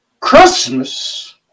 Christmas